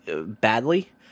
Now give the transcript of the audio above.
badly